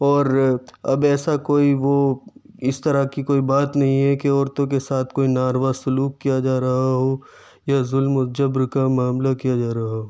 اور اب ایسا کوئی وہ اس طرح کی کوئی بات نہیں ہے کہ عورتوں کے ساتھ کوئی ناروا سلوک کیا جا رہا ہو یا ظلم و جبر کا معاملہ کیا جا رہا ہو